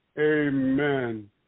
amen